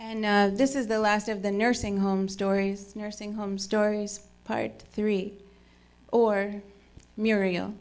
and this is the last of the nursing home stories nursing home stories part three or miriam